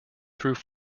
through